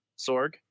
Sorg